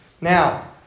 Now